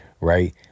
right